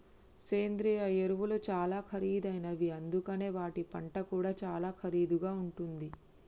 సేంద్రియ ఎరువులు చాలా ఖరీదైనవి అందుకనే వాటి పంట కూడా చాలా ఖరీదుగా ఉంటుంది